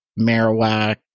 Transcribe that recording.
Marowak